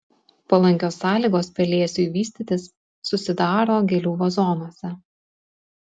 palankios sąlygos pelėsiui vystytis susidaro gėlių vazonuose